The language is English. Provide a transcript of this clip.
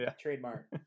trademark